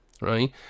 right